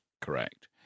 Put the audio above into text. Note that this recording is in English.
correct